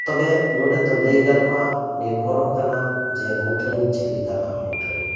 ᱛᱚᱵᱮ ᱱᱚᱰᱮ ᱫᱚ ᱞᱟᱹᱭ ᱜᱟᱱᱚᱜᱼᱟ ᱱᱤᱨᱵᱷᱚᱨᱚᱜ ᱠᱟᱱᱟ ᱡᱮ ᱢᱩᱴᱷᱟᱹᱱ ᱪᱮᱫ ᱞᱮᱠᱟᱱᱟᱜ ᱢᱩᱴᱷᱟᱹᱱ